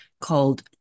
called